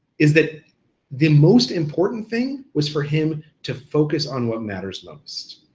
is that the most important thing was for him to focus on what matters most.